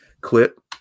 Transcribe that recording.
clip